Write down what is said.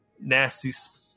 nasty